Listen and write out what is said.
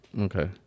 okay